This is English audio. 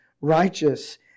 righteous